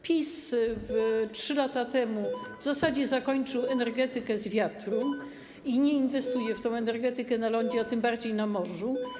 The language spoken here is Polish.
PiS 3 lata temu w zasadzie zakończył kwestię energetyki wiatrowej i nie inwestuje w tę energetykę na lądzie, a tym bardziej na morzu.